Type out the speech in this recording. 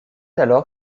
alors